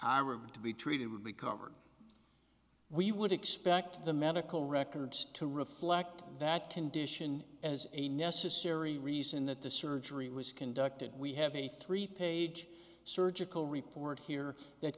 regard to be treated would be covered we would expect the medical records to reflect that condition as a necessary reason that the surgery was conducted we have a three page surgical report here that